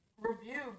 review